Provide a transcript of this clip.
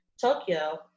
Tokyo